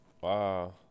Wow